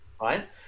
right